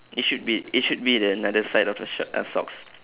it should be it should be the another side of the shir~ uh socks